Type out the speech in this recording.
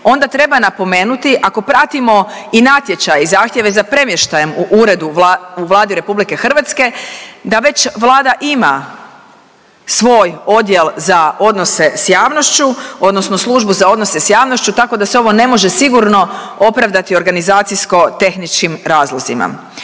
onda treba napomenuti ako pratimo i natječaje i zahtjeve za premještajem u uredu Vlade RH, da već Vlada ima svoj odjel za odnose s javnošću odnosno Službu za odnose s javnošću tako da se ovo ne može sigurno opravdati organizacijsko tehničkim razlozima.